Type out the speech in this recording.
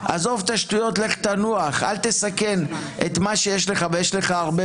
/ עזוב את השטויות לך תנוח / אל תסכן את מה שיש ויש לך הרבה,